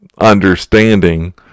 understanding